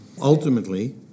Ultimately